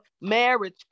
marriage